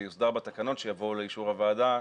זה יוסדר בתקנון שיבוא לאישור הוועדה,